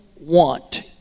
want